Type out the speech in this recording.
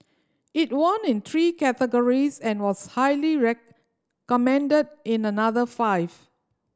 it won in three categories and was highly recommended in another five